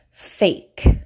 fake